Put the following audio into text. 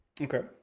Okay